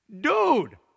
dude